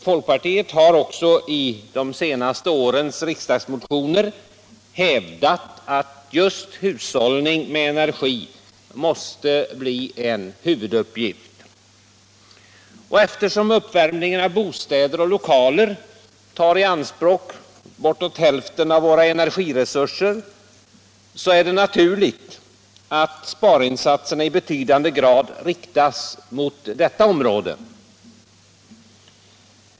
Folkpartiet har också i de senaste årens riksdagsmotioner hävdat att just hushållning med energi måste bli en huvudpunkt. Eftersom uppvärmningen av bostäder och lokaler tar i anspråk bortåt hälften av våra energiresurser, är det naturligt att sparinsatserna i betydande grad inriktas på detta område.